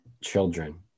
children